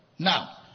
Now